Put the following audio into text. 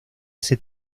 ese